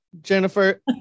Jennifer